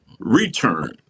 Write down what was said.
Return